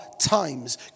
times